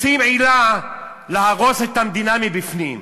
רוצים עילה להרוס את המדינה מבפנים.